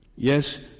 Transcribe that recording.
Yes